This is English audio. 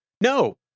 No